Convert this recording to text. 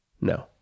No